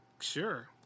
Sure